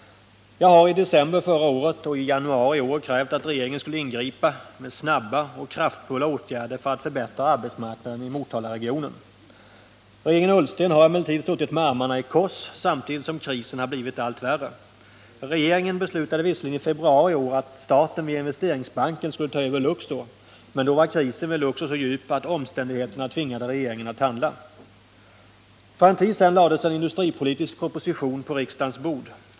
Jag har i december förra året och i januari i år krävt att regeringen skulle ingripa med snabba och kraftfulla åtgärder för att förbättra arbetsmarknaden i Motalaregionen. Regeringen Ullsten har emellertid suttit med armarna i kors samtidigt som krisen har blivit allt värre. Regeringen beslutade visserligen i februari i år att staten via Investeringsbanken skulle ta över Luxor. Men då var krisen vid Luxor så djup att omständigheterna tvingade regeringen att handla. För en tid sedan lades en industripolitisk proposition på riksdagens bord.